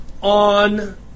on